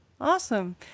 Awesome